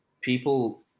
people